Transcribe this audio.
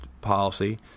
policy